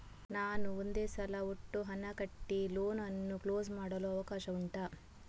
ನಾನು ಒಂದೇ ಸಲ ಒಟ್ಟು ಹಣ ಕಟ್ಟಿ ಲೋನ್ ಅನ್ನು ಕ್ಲೋಸ್ ಮಾಡಲು ಅವಕಾಶ ಉಂಟಾ